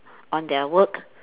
on their work